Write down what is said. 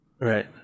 right